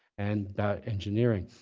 and engineering.